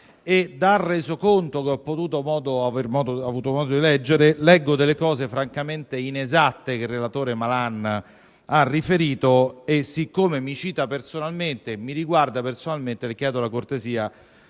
dal Resoconto che ho avuto modo di leggere ho rinvenuto delle cose francamente inesatte che il relatore Malan ha riferito, e siccome mi cita personalmente, e la cosa mi riguarda personalmente, chiedo la cortesia